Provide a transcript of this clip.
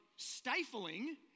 Stifling